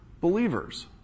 believers